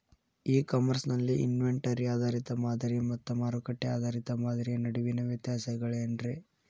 E commerce ನಲ್ಲಿ inventory ಆಧಾರಿತ ಮಾದರಿ ಮತ್ತ ಮಾರುಕಟ್ಟೆ ಆಧಾರಿತ ಮಾದರಿಯ ನಡುವಿನ ವ್ಯತ್ಯಾಸಗಳೇನ ರೇ?